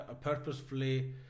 purposefully